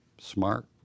smart